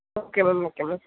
okay ma'am okay ma'am